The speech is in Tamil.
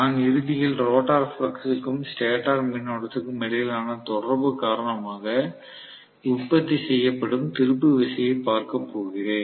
நான் இறுதியில் ரோட்டார் பிளக்ஸ் க்கும் ஸ்டேட்டர் மின்னோட்டத்திற்கும் இடையிலான தொடர்பு காரணமாக உற்பத்தி செய்யப்படும் திருப்பு விசையைப் பார்க்கப் போகிறேன்